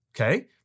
Okay